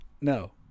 no